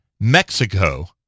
Mexico